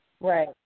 right